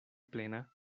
plena